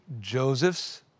Joseph's